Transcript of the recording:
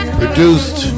produced